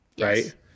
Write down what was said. Right